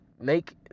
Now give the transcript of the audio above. make